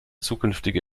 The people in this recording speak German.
zukünftige